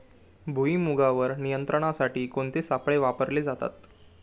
भुईमुगावर नियंत्रणासाठी कोणते सापळे वापरले जातात?